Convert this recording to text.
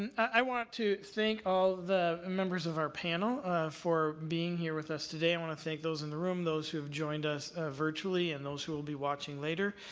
and i want to thank all the members of our panel for being here with us today. i want to thank those in the room, those who have joined us virtually, and those who will be watching later.